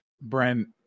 Brent